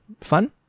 fun